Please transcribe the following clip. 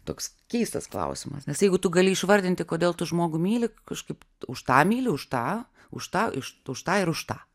toks keistas klausimas nes jeigu tu gali išvardinti kodėl tu žmogų myli kažkaip už tą myli už tą už tą už tą ir už tą